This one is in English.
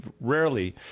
rarely